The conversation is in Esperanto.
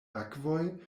akvoj